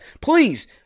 please